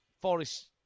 Forest